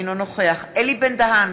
אינו נוכח אלי בן-דהן,